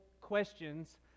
questions